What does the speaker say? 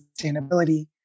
sustainability